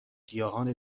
گیاهان